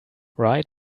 right